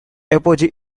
apogee